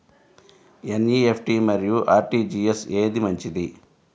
NEFT మరియు RTGS ఏది మంచిది?